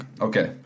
Okay